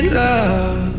love